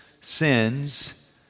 sins